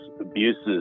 abuses